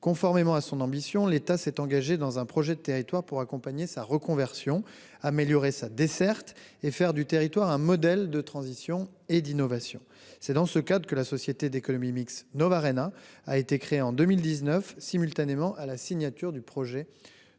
Conformément à son ambition, l'État s'est engagé dans un projet de territoire pour accompagner la reconversion du territoire, améliorer sa desserte et en faire un modèle de transition et d'innovation. C'est dans ce cadre que la société d'économie mixte (SEM) Novarhéna a été créée en 2019, simultanément à la signature du projet